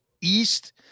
East